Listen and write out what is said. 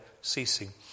Ceasing